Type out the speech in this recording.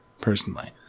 personally